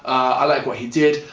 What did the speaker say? i like what he did,